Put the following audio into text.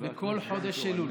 בכל חודש אלול,